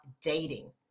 dating